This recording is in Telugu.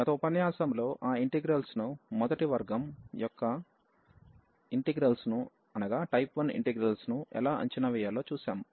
గత ఉపన్యాసంలో ఆ ఇంటిగ్రల్స్ ను లేదా టైప్ 1 యొక్క ఇంటిగ్రల్స్ ను ఎలా అంచనా వేయాలో చూశాము